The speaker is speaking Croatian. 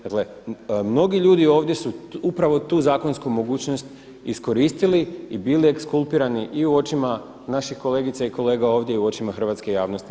Dakle, mnogi ljudi ovdje su upravo tu zakonsku mogućnost iskoristili i bili eskulpirani i u očima naših kolegica i kolega ovdje i u očima hrvatske javnosti.